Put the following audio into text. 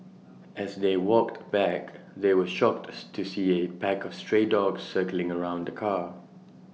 as they walked back they were shocked to see A pack of stray dogs circling around the car